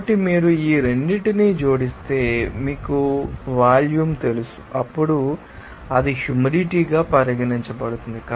కాబట్టి మీరు ఈ రెండింటిని జోడిస్తే మీకు వాల్యూమ్ తెలుసు అప్పుడు అది హ్యూమిడిటీ గా పరిగణించబడుతుంది